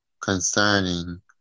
concerning